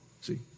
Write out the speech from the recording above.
See